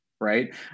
Right